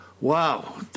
Wow